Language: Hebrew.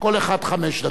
כל אחד חמש דקות.